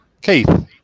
Keith